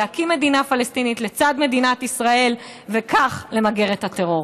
להקים מדינה פלסטינית לצד מדינת ישראל וכך למגר את הטרור.